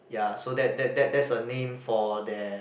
ya so that that that's a name for their